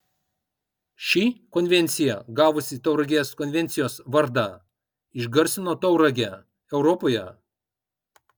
ši konvencija gavusi tauragės konvencijos vardą išgarsino tauragę europoje